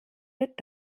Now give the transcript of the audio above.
wird